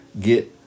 get